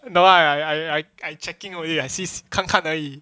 no ah I I I checking only I I see se~ 看看而已